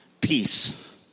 Peace